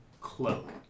cloak